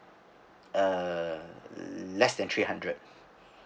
err less than three hundred